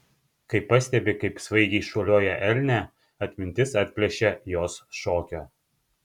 kai pastebi kaip svaigiai šuoliuoja elnė atmintis atplėšia jos šokio